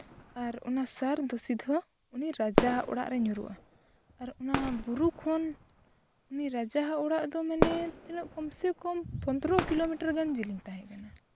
ᱟᱨ ᱚᱱᱟ ᱥᱟᱨ ᱫᱚ ᱥᱤᱫᱷᱟᱹ ᱩᱱᱤ ᱨᱟᱡᱟᱣᱟᱜ ᱚᱲᱟᱜ ᱨᱮ ᱧᱩᱨᱩᱜᱼᱟ ᱟᱨ ᱚᱱᱟ ᱵᱩᱨᱩ ᱠᱷᱚᱱ ᱩᱱᱤ ᱨᱟᱡᱟᱣᱟᱜ ᱚᱲᱟᱜ ᱫᱚ ᱢᱟᱱᱮ ᱛᱤᱱᱟᱹᱜ ᱠᱚᱢ ᱥᱮ ᱠᱚᱢ ᱯᱚᱫᱽᱨᱚ ᱠᱤᱞᱳᱢᱤᱴᱟᱨ ᱜᱟᱱ ᱡᱮᱞᱮᱧ ᱛᱟᱦᱮᱸ ᱠᱟᱱᱟ